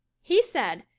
he said,